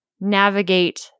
navigate